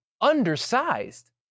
undersized